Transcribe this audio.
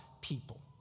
people